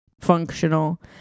functional